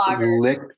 lick